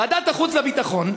ועדת החוץ והביטחון,